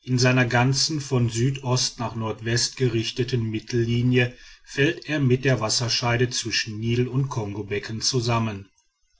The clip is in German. in seiner ganzen von südost nach nordwest gerichteten mittellinie fällt er mit der wasserscheide zwischen nil und kongobecken zusammen